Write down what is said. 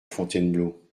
fontainebleau